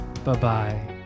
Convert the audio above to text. Bye-bye